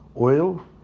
oil